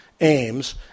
aims